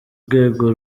rwego